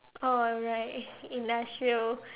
oh right industrial